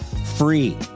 Free